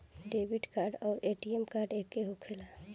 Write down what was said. Debit card आउर ATM card एके होखेला?